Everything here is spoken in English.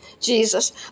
Jesus